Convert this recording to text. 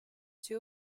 two